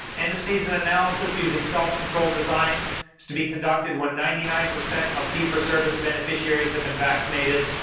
end of season analysis using self-controlled designs to be conducted when ninety nine percent of fee-for-service beneficiaries have been vaccinated.